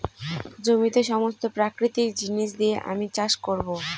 জমিতে সমস্ত প্রাকৃতিক জিনিস দিয়ে আমি চাষ করবো